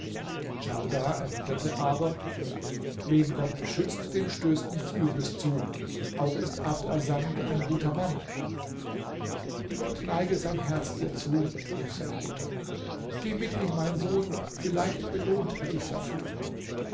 djaudar erwiderte aber wen gott beschützt dem stößt nichts übles zu auch ist abd assamd ein guter mann gott neige sein herz dir zu rief seine mutter geh mit ihm mein sohn vielleicht belohnt er dich dafür